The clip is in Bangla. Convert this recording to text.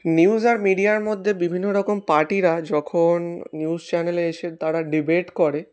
নিউজ আর মিডিয়ার মধ্যে বিভিন্ন রকম পার্টিরা যখন নিউজ চ্যানেলে এসে তারা ডিবেট করে